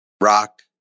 rock